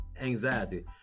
anxiety